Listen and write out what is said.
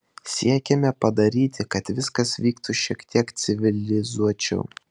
siekiame padaryti kad viskas vyktų šiek tiek civilizuočiau